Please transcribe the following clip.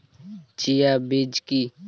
Chia বীজ কী?